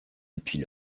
depuis